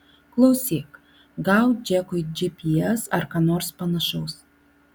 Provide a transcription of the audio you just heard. klausyk gauk džekui gps ar ką nors panašaus